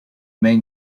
main